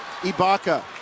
Ibaka